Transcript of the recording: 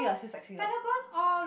Pentagon all